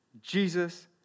Jesus